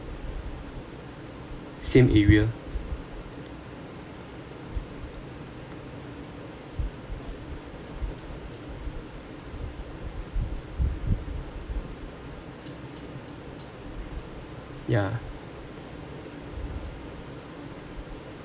same area yeah